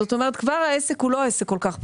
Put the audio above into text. זאת אומרת כבר העסק הוא לא עסק כל כך פשוט,